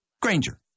granger